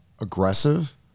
aggressive